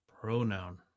pronoun